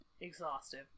Exhaustive